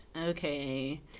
okay